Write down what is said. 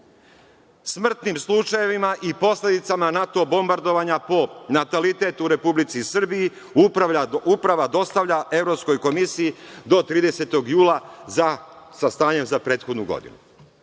smrtnim slučajevima i posledicama NATO bombardovanja po natalitet u Republici Srbiji Uprava dostavlja Evropskoj komisiji do 30. jula sa stanjem za prethodnu godinu“.Da